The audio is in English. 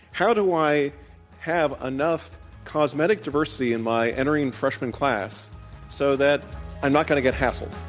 how do i have enough cosmetic diversity in my entering freshman class so that i'm not going to get hassled?